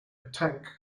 tank